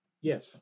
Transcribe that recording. Yes